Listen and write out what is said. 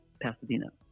Pasadena